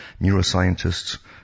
neuroscientists